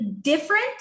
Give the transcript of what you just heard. different